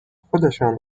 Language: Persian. خودشان